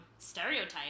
Stereotype